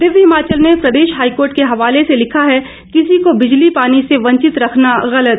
दिव्य हिमाचल ने प्रदेश हाईकोर्ट के हवाले से लिखा है किसी को बिजली पानी से वंचित रखना गलत